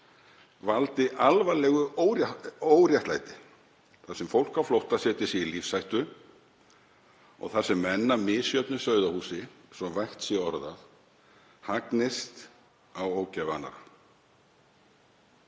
valdi alvarlegu óréttlæti þar sem fólk á flótta setji sig í lífshættu og þar sem menn af misjöfnu sauðahúsi, svo að vægt sé orðað, hagnist á ógæfu